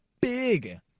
big